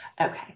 Okay